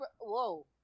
whoa